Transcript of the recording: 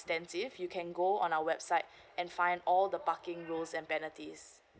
extensive you can go on our website and find all the parking rules and penalties